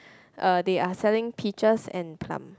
uh they are selling peaches and plum